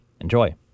Enjoy